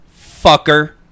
fucker